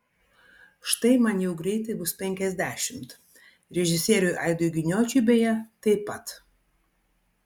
štai man jau greitai bus penkiasdešimt režisieriui aidui giniočiui beje taip pat